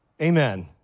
Amen